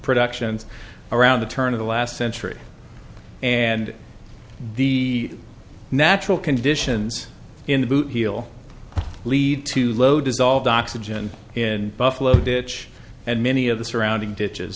production around the turn of the last century and the natural conditions in the boot heel lead to low dissolved oxygen in buffalo ditch and many of the surrounding